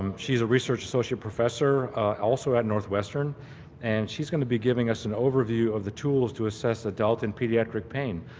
um she's a research associate professor also at northwestern and she's going to be giving us an overview of the tools to assess adult and pediatric pain.